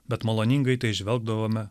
bet maloningai į tai žvelgdavome